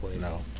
No